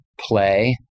play